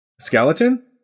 Skeleton